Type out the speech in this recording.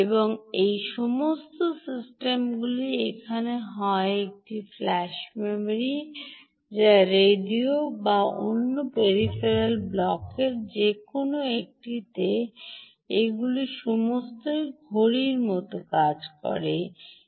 এবং এই সমস্ত সিস্টেমগুলি এখানে হয় এটি ফ্ল্যাশ মেমরি বা রেডিও বা অন্য পেরিফেরিয়াল ব্লকের যেকোন একটি এগুলি সবই ঠিক ঘড়ির কাজ করবে